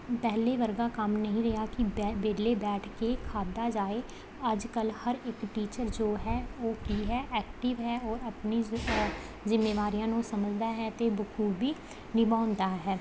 ਪਹਿਲੇ ਵਰਗਾ ਕੰਮ ਨਹੀਂ ਰਿਹਾ ਕਿ ਬੈ ਵਿਹਲੇ ਬੈਠ ਕੇ ਖਾਧਾ ਜਾਵੇ ਅੱਜ ਕੱਲ ਹਰ ਇੱਕ ਟੀਚਰ ਜੋ ਹੈ ਉਹ ਕੀ ਹੈ ਐਕਟਿਵ ਹੈ ਔਰ ਆਪਣੀ ਜ਼ਿੰਮੇਵਾਰੀਆਂ ਨੂੰ ਸਮਝਦਾ ਹੈ ਅਤੇ ਬਾਖੂਬੀ ਨਿਭਾਉਂਦਾ ਹੈ